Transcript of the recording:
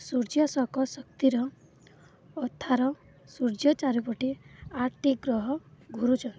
ସୂର୍ଯ୍ୟ ସକଳ ଶକ୍ତିର ଆଧାର ସୂର୍ଯ୍ୟ ଚାରିପଟେ ଆଠଟି ଗ୍ରହ ଘୁରୁଛନ୍ତି